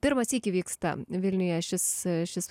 pirmą sykį vyksta vilniuje šis šis